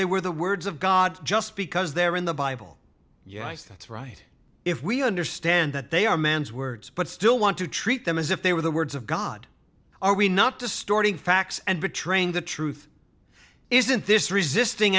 they were the words of god just because they're in the bible yes that's right if we understand that they are man's words but still want to treat them as if they were the words of god are we not distorting facts and betraying the truth isn't this resisting